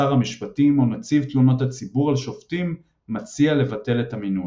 שר המשפטים או נציב תלונות הציבור על שופטים מציע לבטל את המינוי.